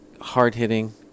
hard-hitting